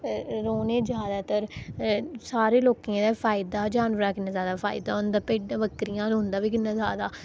रौह्ने जैदातर सारें लोकें गी एह् फायदा जानवरें दा किन्ना जैदा फायदा होंदा भिड्डां बकरियां ते उं'दा बी कि'न्ना जैदा